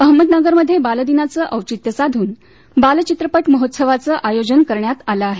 अहमदनगरमध्ये बालदिनाचं औचित्य साधून बाल चित्रपट महोत्सवाचं आयोजन करण्यात आलं आहे